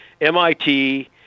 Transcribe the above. MIT